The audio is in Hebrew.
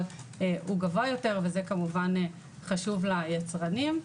גבוה יותר וזה כמובן חשוב ליצרנים.